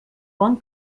bon